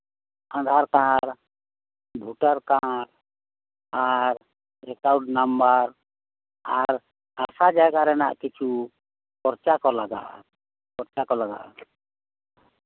Aadhaar card voter card ᱟᱨ account number ᱟᱨ ᱦᱟᱥᱟ ᱡᱟᱭᱜᱟ ᱨᱮᱱᱟᱜ ᱠᱤᱪᱷᱩ ᱯᱚᱲᱪᱟ ᱯᱚᱲᱪᱟ ᱠᱚ ᱞᱟᱜᱟᱜᱼᱟ